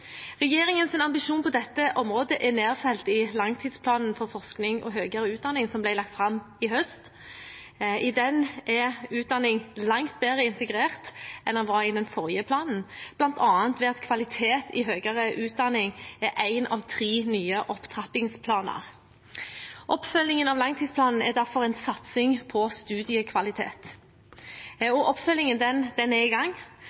på dette området er nedfelt i langtidsplanen for forskning og høyere utdanning som ble lagt fram i høst. I den er utdanning langt bedre integrert enn det var i den forrige planen, bl.a. ved at kvalitet i høyere utdanning er en av tre nye opptrappingsplaner. Oppfølgingen av langtidsplanen er derfor en satsing på studiekvalitet. Og oppfølgingen er i gang.